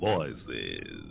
Voices